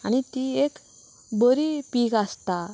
आनी ती एक बरी पीक आसता